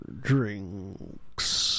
drinks